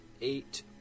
eight